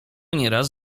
nieraz